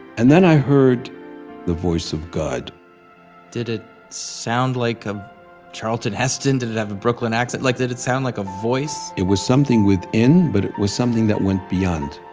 and then i heard the voice of god did it sound like a charleton heston, did it have a brooklyn accent, like did it sound like a voice? it was something within but it was something that went beyond.